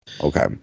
okay